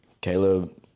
Caleb